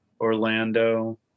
Orlando